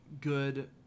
good